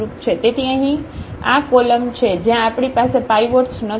તેથી અહીં આ કોલમ છે જ્યાં આપણી પાસે પાઇવોટ્સ નથી